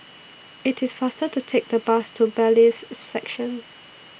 IT IS faster to Take The Bus to Bailiffs' Section